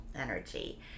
energy